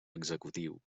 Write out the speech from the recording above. executiu